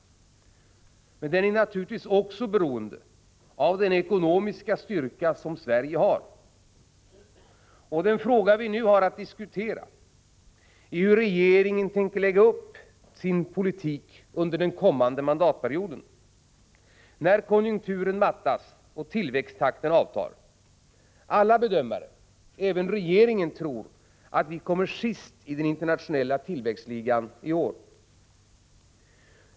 Och den är naturligtvis också beroende av Sveriges ekonomiska styrka. Den fråga vi nu har att diskutera är hur regeringen tänker lägga upp den ekonomiska politiken under den kommande mandatperioden när konjunkturen mattas och tillväxttakten avtar. Alla bedömare — även regeringen — tror att vi i år kommer sist i den internationella tillväxtligan.